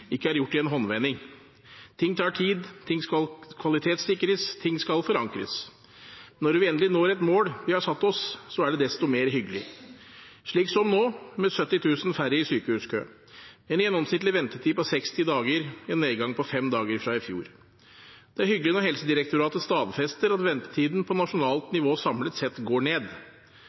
ikke er gjort i en håndvending. Ting tar tid, ting skal kvalitetssikres, ting skal forankres. Når vi endelig når et mål vi har satt oss, er det desto mer hyggelig – slik som nå, med 70 000 færre i sykehuskø, med en gjennomsnittlig ventetid på 60 dager, en nedgang på fem dager fra i fjor. Det er hyggelig når Helsedirektoratet stadfester at ventetiden på nasjonalt nivå samlet sett går ned.